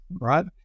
right